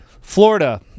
Florida